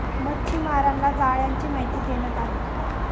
मच्छीमारांना जाळ्यांची माहिती देण्यात आली